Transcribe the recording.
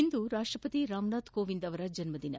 ಇಂದು ರಾಷ್ಟಪತಿ ರಾಮನಾಥ್ ಕೋವಿಂದ ಅವರ ಜನ್ಮದಿನ